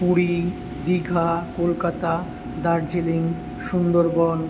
Puri Digha Kolkata Darjeeling Sundarban